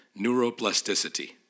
neuroplasticity